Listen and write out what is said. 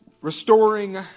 restoring